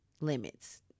limits